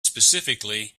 specifically